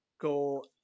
go